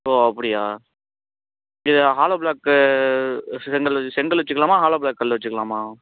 ஓ அப்படியா இது hollow block செங்கல் செங்கல் வச்சிக்கலாமா ஹாலோ ப்ளாக் கல் வச்சிக்கலாமா